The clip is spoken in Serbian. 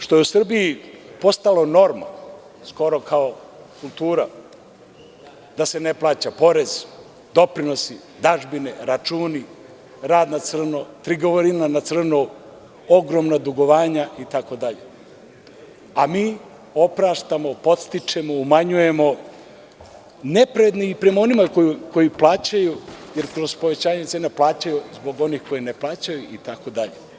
Zato što je u Srbiji postalo normalno, skoro kao kultura da se ne plaća porez, doprinosi, dažbine, računi, rad na crno, trgovina na crno, ogromna dugovanja itd, a mi opraštamo, podstičemo, umanjujemo, nepravedni prema onima koji plaćaju, jer kroz povećanje cena plaćaju zbog onih koji ne plaćaju itd.